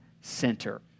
center